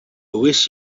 wish